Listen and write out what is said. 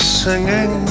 singing